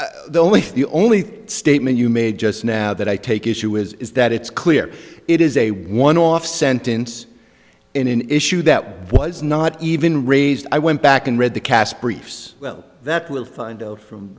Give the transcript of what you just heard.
judges the only the only statement you made just now that i take issue with is that it's clear it is a one off sentence in an issue that was not even raised i went back and read the cas briefs well that we'll find out from